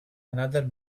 another